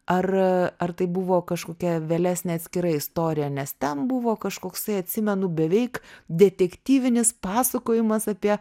ar ar tai buvo kažkokia vėlesnė atskira istorija nes ten buvo kažkoksai atsimenu beveik detektyvinis pasakojimas apie